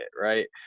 right